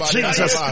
Jesus